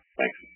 Thanks